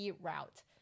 route